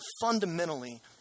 fundamentally